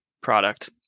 product